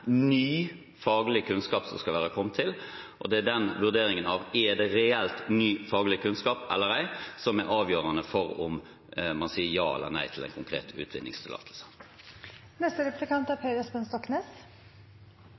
ny faglig kunnskap som skal være kommet til. Det er den vurderingen av om det er reelt ny faglig kunnskap eller ei, som er avgjørende for om man sier ja eller nei til en konkret utvinningstillatelse. En liten gjennomgang av statistikken er